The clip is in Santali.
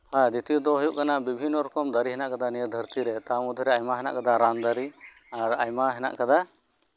ᱟᱨ ᱡᱟᱛᱮ ᱫᱚ ᱦᱳᱭᱳᱜ ᱠᱟᱱᱟ ᱵᱤᱵᱷᱤᱱᱱᱚ ᱨᱚᱠᱚᱢ ᱫᱟᱨᱮ ᱢᱮᱱᱟᱜ ᱟᱠᱟᱫᱟ ᱛᱟᱨ ᱢᱚᱫᱽᱫᱷᱨᱮ ᱟᱭᱢᱟ ᱢᱮᱱᱟᱜ ᱟᱠᱟᱫᱟ ᱨᱟᱱ ᱫᱟᱨᱮ ᱟᱨ ᱟᱭᱢᱟ ᱦᱮᱱᱟᱜ ᱟᱠᱟᱫᱟ